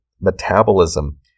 metabolism